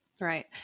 Right